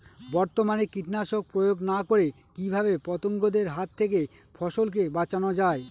বর্তমানে কীটনাশক প্রয়োগ না করে কিভাবে পতঙ্গদের হাত থেকে ফসলকে বাঁচানো যায়?